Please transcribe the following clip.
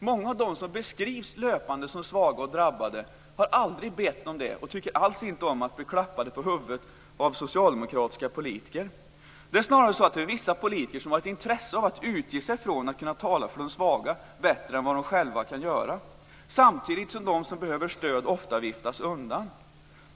Många av dem som löpande beskrivs som svaga och drabbade har aldrig bett om det och tycker alls inte om att bli klappade på huvudet av socialdemokratiska politiker. Det är snarare så att vissa politiker har ett intresse av att utge sig för att kunna tala för de svaga bättre än vad de själva kan göra, samtidigt som de som behöver stöd ofta viftas undan.